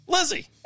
Lizzie